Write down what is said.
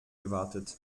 gewartet